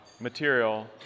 material